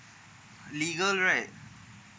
legal right